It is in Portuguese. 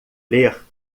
ler